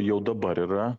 jau dabar yra